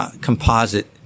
composite